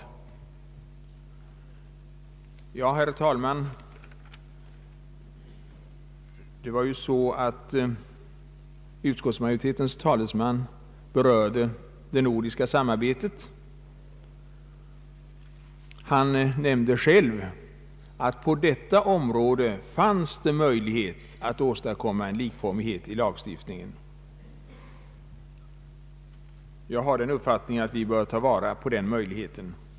Herr talman! Utskottsmajoritetens talesman berörde det nordiska samarbetet. Han nämnde själv att på detta område fanns det möjlighet att åstadkomma en likformighet i lagstiftningen. Jag Ang. förslag till förmånsrättslag har den uppfattningen att vi bör ta vara på den möjligheten.